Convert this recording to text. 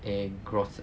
eh gross